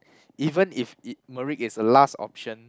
even if it is a last option